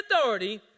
authority